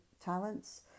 talents